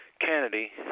Kennedy